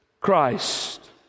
Christ